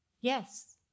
Yes